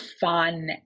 fun